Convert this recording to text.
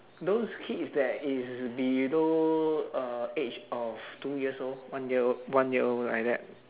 those kids that is below uh age of two years old one year old one year old like that